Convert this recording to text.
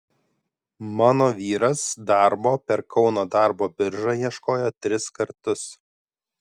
mano vyras darbo per kauno darbo biržą ieškojo tris kartus